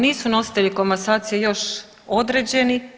Nisu nositelji komasacije još određeni.